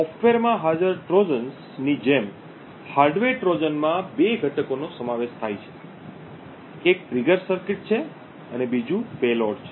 સોફ્ટવેરમાં હાજર ટ્રોજન ની જેમ હાર્ડવેર ટ્રોજન માં બે ઘટકોનો સમાવેશ થાય છે એક ટ્રિગર સર્કિટ છે અને બીજું પેલોડ છે